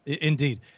Indeed